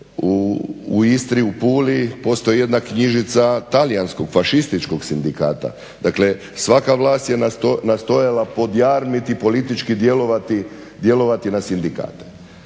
u Istri, u Puli postoji jedna knjižica talijanskog, fašističkog sindikata, dakle svaka vlast je nastojala podjarmiti, politički djelovati na sindikate.